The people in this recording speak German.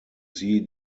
sie